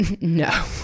no